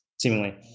seemingly